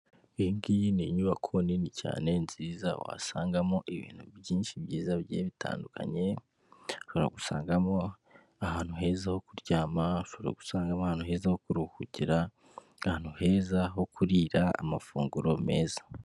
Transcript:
Iyi ngiyi ni inyubako nini cyane, nziza, wasangamo ibintu byinshi byiza bigiye bitandukanye, ushobora gusangamo ahantu heza ho kuryama, ushobora gusangamo ahantu heza ho kuruhukira, ahantu heza ho kurira amafunguro meza.